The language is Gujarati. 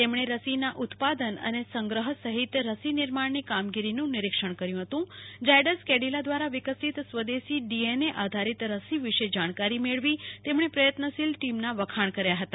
તેમણે રસીના ઉત્પાદન અને સંગ્રહ સહિત રસી નિર્માણની કામગીરીનું નિરીક્ષણ કર્યું ઝાયડસ કેડિલા દ્વારા વિકસીત સ્વદેશી ડીએનએ આધારિત રસી વિશે જાણકારી મેળવી તેમણે પ્રયત્નશીલ ટીમના વખાણ કર્યા હતા